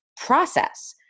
process